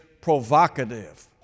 provocative